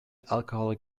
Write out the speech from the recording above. alcoholic